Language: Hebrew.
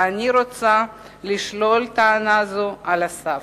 ואני רוצה לשלול טענה זו על הסף.